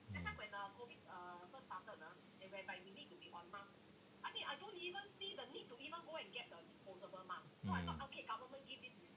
mm mm